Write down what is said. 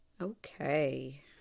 Okay